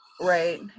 Right